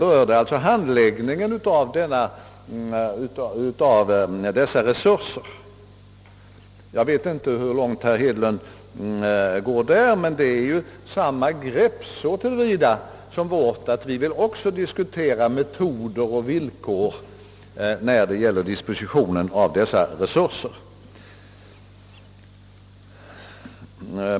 Herr Hedlund berörde handläggningen av dessa resurser. Jag vet inte hur långt herr Hedlund går därvidlag, men det är samma grepp som vårt så till vida att även vi vill diskutera metoder och villkor när det gäller dispositionen av dessa resurser.